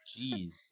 Jeez